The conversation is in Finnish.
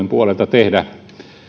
suomen puolelta tehdä